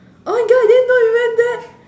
oh my god I didn't know you went there